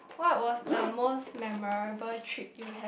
what was the most memorable trip you had